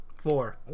four